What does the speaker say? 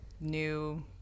new